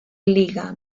liga